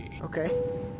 Okay